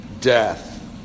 death